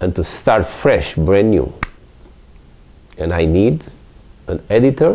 and to start fresh brand new and i need an editor